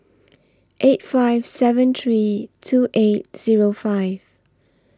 eight five seven three two eight Zero five